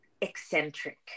eccentric